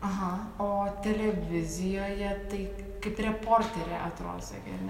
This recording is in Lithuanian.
aha o televizijoje tai kaip reporterė atro sakei ar ne